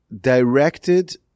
directed